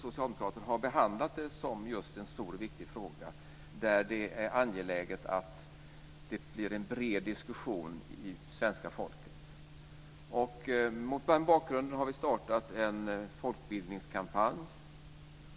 socialdemokrater har behandlat den som en stor och viktig fråga. Det är angeläget att det blir en bred diskussion bland svenska folket. Mot den bakgrunden har vi startat en folkbildningskampanj.